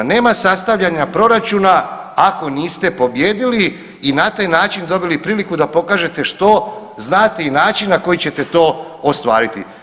Nema sastavljena proračuna ako niste pobijedili i na taj način dobili priliku da pokažete što znate i način na koji ćete to ostvariti.